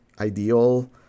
ideal